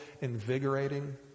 invigorating